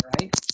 right